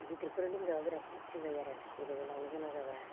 गिदिरफोर लोमजाब्ला बिराद खस्थ' जायो आरो बेलेगाव लांनो गोनां जाब्ला